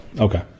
Okay